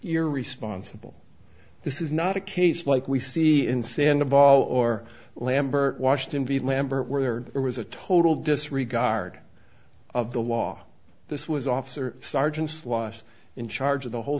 you're responsible this is not a case like we see in santa ball or lambert washington v lambert where there was a total disregard of the law this was officer sergeant sloss in charge of the whole